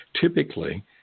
typically